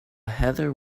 heather